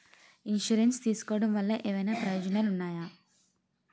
Insurance తీసుకోవటం వల్ల ఏమైనా ప్రయోజనాలు ఉన్నాయా?